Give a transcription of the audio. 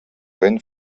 vent